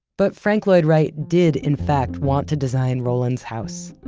but frank lloyd wright did, in fact, want to design roland's house.